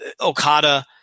Okada